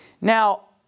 now